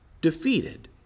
defeated